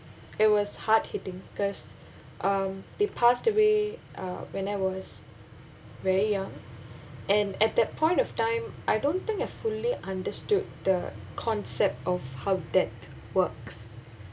it was hard hitting cause um she passed away uh when I was very young and at that point of time I don't think I fully understood the concept of how death works